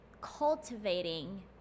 cultivating